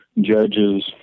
judges